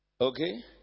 Okay